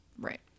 Right